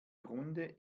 grunde